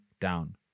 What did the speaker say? down